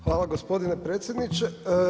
Hvala gospodine predsjedniče.